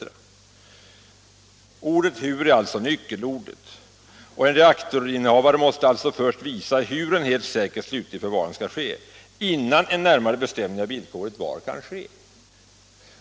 Nyckelordet är alltså hur. En reaktorinnehavare måste först visa hur en helt säker slutlig förvaring skall ske innan en närmare bestämning av villkoret var kan ske.